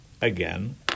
again